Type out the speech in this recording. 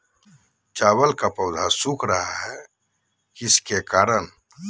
चावल का पौधा सुख रहा है किस कबक के करण?